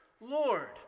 Lord